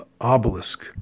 obelisk